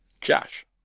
Josh